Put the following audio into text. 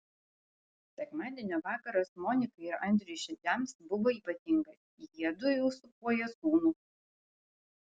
sekmadienio vakaras monikai ir andriui šedžiams buvo ypatingas jiedu jau sūpuoja sūnų